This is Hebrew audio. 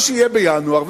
מה שיהיה בינואר,